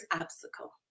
obstacle